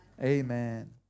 Amen